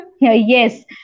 Yes